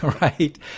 Right